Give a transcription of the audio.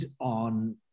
on